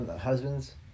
Husbands